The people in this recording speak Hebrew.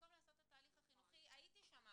במקום לעשות את ההליך החינוכי הייתי שם,